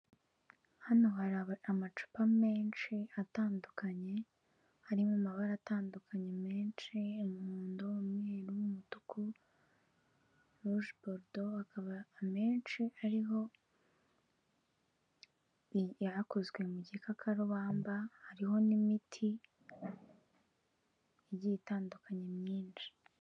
Hano hari amacupa menshi atandukanye, ari mu mabara atandukanye menshi, umuhondo, umweru n'umutuku, rujeborudo, akaba amenshi ariho yakozwe mu gikakarubamba, hariho n'imiti igiye itandukanye myinshi.